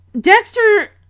Dexter